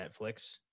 Netflix